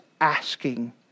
asking